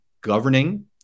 governing